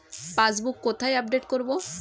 Passbook কোথায় update করব?